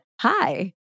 hi